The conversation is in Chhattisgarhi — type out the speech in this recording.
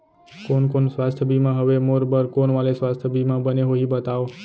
कोन कोन स्वास्थ्य बीमा हवे, मोर बर कोन वाले स्वास्थ बीमा बने होही बताव?